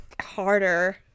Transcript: Harder